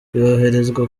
yoherezwa